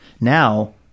Now